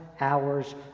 hours